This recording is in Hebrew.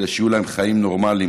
כדי שיהיו להם חיים נורמליים.